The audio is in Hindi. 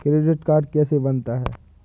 क्रेडिट कार्ड कैसे बनता है?